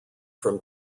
from